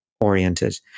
oriented